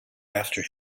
after